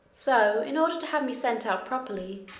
so, in order to have me sent out properly,